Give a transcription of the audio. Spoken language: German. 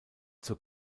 zur